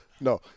No